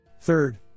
Third